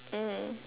mm